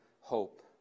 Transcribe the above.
hope